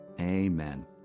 Amen